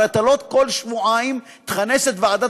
הרי אתה לא כל שבועיים תכנס את ועדת